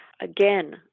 again